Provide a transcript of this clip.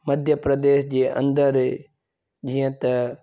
मध्यप्रदेश जे अंदरि जीअं त